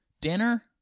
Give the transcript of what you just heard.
dinner